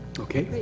okay.